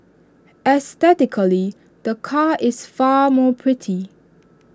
aesthetically the car is far more pretty